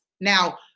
Now